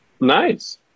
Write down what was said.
Nice